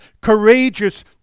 courageous